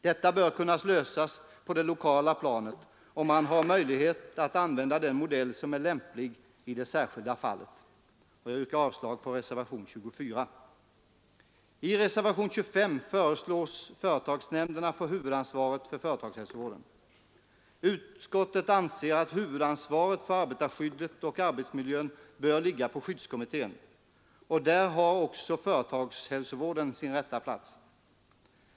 Denna fråga bör kunna lösas på det lokala planet, och man har där möjlighet att använda den modell som är lämpligast i varje särskilt fall. Jag yrkar avslag på reservationen 24. I reservationen 25 föreslås att företagsnämnderna får huvudansvaret för företagshälsovården. Utskottet anser att huvudansvaret för arbetarskyddet och arbetsmiljön bör ligga på skyddskommittén, och där har också företagshälsovården sin rätta plats.